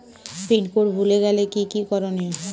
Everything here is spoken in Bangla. পিন কোড ভুলে গেলে কি কি করনিয়?